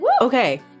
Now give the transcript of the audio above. Okay